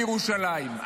בירושלים.